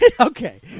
Okay